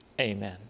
amen